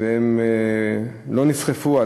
והם לא נסחפו,